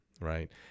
right